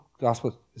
Gospel